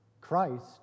Christ